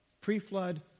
pre-flood